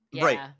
Right